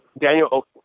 Daniel